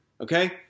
Okay